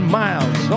miles